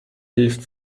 hilft